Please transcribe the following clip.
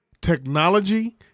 technology